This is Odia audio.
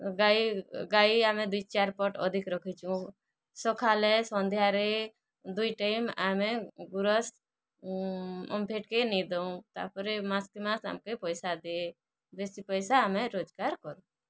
ଗାଈ ଗାଈ ଆମେ ଦୁଇ ଚାରି ପଟ ଅଧିକ ରଖିଚୁଁ ସକାଲେ ସନ୍ଧ୍ୟାରେ ଦୁଇ ଟାଇମ୍ ଆମେ ଗୁରସ ଓମ୍ଫେଡ଼ କେ ନେଇ ଦେଉଁ ତା'ପରେ ମାସ କେ ମାସ ଆମ କେ ପଇସା ଦିଏ ବେଶି ପଇସା ଆମେ ରୋଜଗାର କରୁଁ